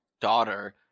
daughter